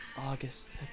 August